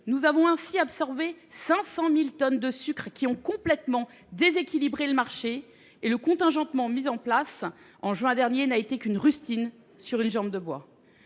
nous avons absorbé 500 000 tonnes de sucre qui ont complètement déséquilibré le marché, et le contingentement mis en place en juin dernier n’a été qu’une rustine sur une jambe de bois.